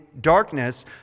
darkness